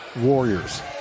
Warriors